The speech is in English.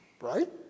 Right